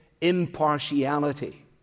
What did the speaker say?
impartiality